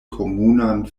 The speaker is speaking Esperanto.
komunan